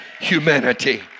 humanity